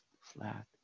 flat